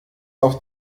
auf